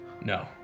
No